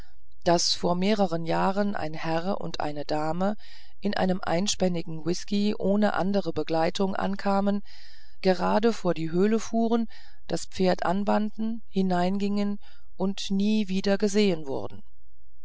daß vor mehreren jahren ein herr und eine dame in einem einspännigen whisky ohne andere begleitung ankamen gerade vor die höhle fuhren das pferd anbanden hineingingen und nie wieder gesehen wurden